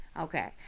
Okay